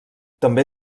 també